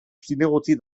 zinegotzi